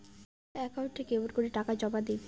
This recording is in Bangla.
একাউন্টে কেমন করি টাকা জমা দিম?